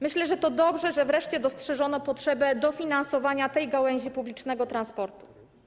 Myślę, że to dobrze, że wreszcie dostrzeżono potrzebę dofinansowania tej gałęzi publicznego transportu.